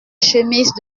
chemise